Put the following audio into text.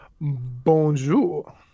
Bonjour